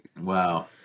Wow